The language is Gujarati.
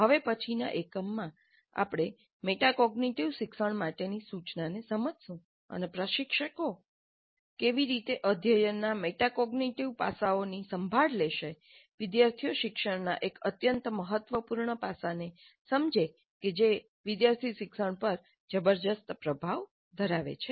હવે પછીના એકમમાં આપણે મેટકોગ્નીટીવ શિક્ષણ માટેની સૂચનાને સમજીશું અને પ્રશિક્ષકો કેવી રીતે અધ્યયનના મેટાકોગ્નિટીવ પાસાઓની સંભાળ લેશે વિદ્યાર્થી શિક્ષણનાં એક અત્યંત મહત્વપૂર્ણ પાસા ને સમજે કે જે વિદ્યાર્થી શિક્ષણ પર જબરદસ્ત પ્રભાવ ધરાવે છે